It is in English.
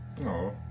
No